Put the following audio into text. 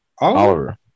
Oliver